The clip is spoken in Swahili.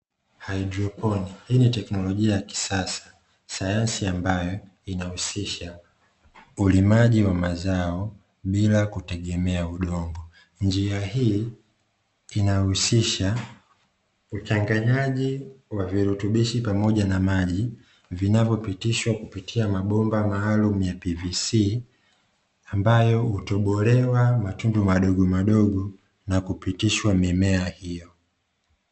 Haidroponi, hii ni teknolojia ya kisasa sayansi ambayo inahusisha ulimaji ji wa mazao bila kutegemea udongo. Njia hii inahusisha uchanganywaji wa virutubishi pamoja na maji, vinavyopitishwa kupitia mabomba maalumu ya "p v c" ambayo hutobolewa matundu madogomadogo na kupitishwa mimea hiyo.